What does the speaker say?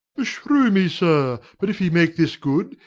beshrew me, sir, but if he make this good,